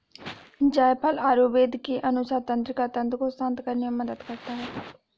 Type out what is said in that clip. जायफल आयुर्वेद के अनुसार तंत्रिका तंत्र को शांत करने में मदद करता है